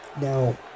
Now